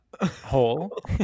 hole